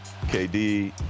KD